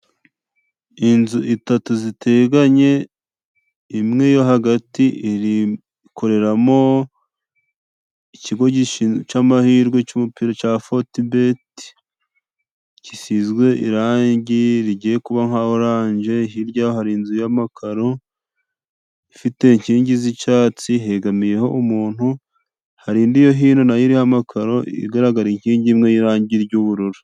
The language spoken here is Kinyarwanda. Inzu itatu ziteganye: Imwe yo hagati ikorera mo ikigo c'amahirwe c'umupira cya fotibeti gisizwe irangi rigiye kuba nka oranje, hirya hari inzu y'amakaro ifite inkingi z'icatsi hegamiyeho umuntu, hari indi yo hino na yo iri ho amakaro igaragara inkingi imwe y'irangi ry'ubururu.